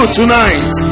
tonight